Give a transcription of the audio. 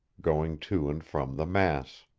going to and from the mass.